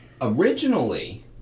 originally